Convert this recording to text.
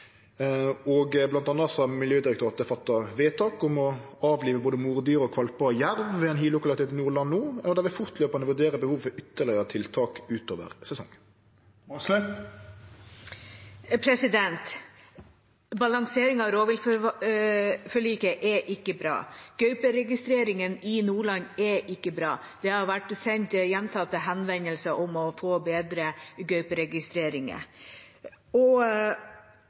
har Miljødirektoratet fatta vedtak om å avlive både mordyr og kvalpar av jerv ved ein hilokalitet i Nordland no, og ein vil fortløpande vurdere behov for ytterlegare tiltak ut over sesongen. Balanseringen av rovviltforliket er ikke bra. Gauperegisteringen i Nordland er ikke bra. Det har vært sendt gjentatte henvendelser om å få bedre